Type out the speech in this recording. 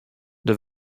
der